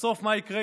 בסוף מה יקרה?